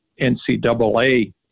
NCAA